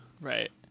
right